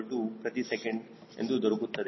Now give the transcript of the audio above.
0002222 ಪ್ರತಿ ಸೆಕೆಂಡ್ ಎಂದು ದೊರಕುತ್ತದೆ